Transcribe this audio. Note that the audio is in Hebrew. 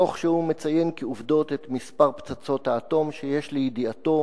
תוך שהוא מציין כעובדות את מספר פצצות האטום שיש לידיעתו